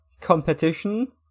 competition